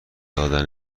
دادن